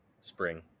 spring